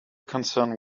concerned